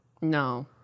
No